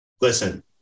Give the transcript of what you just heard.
listen